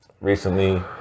recently